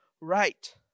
right